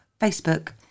Facebook